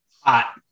Hot